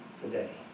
today